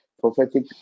prophetic